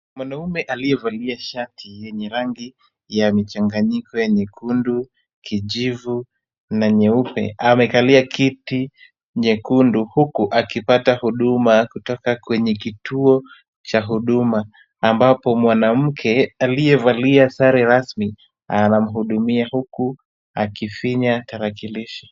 Mwanaume aliyevalia shati yenye rangi ya michanganyiko ya nyekundu, kijivu na nyeupe, amekalia kiti nyekundu, huku akipata huduma kutoka kwenye kituo cha huduma, ambapo mwanamke aliyevalia sare rasmi anamuhudumia, huku akifinya tarakilishi.